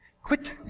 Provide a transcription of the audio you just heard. Quit